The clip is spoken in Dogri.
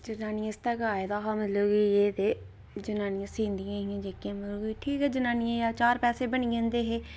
जनानियें आस्तै गै आए दा हा एह् ते जनानियां सींदियां हियां जेह्कियां की ठीक ऐ जनानियें दे चार पैसे बनी जंदे हे